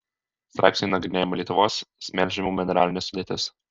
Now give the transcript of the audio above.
straipsnyje nagrinėjama lietuvos smėlžemių mineralinė sudėtis